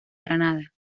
granada